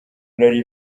nari